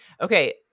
Okay